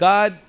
God